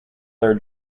their